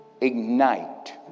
ignite